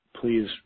please